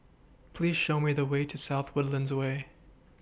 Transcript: Please Show Me The Way to South Woodlands Way